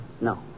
No